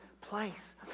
place